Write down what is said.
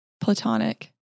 platonic